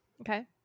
Okay